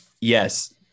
yes